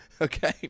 okay